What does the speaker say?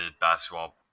basketball